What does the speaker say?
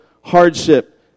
hardship